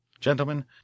Gentlemen